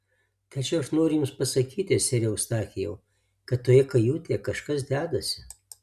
tačiau aš noriu jums pasakyti sere eustachijau kad toje kajutėje kažkas dedasi